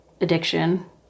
addiction